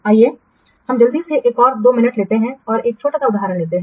आइए हम जल्दी से एक और 2 मिनट लेते हैं यह एक और छोटा उदाहरण है